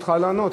זכותך לענות.